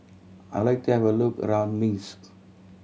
I like to have a look around Minsk